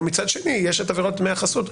מצד שני יש את עבירות דמי החסות,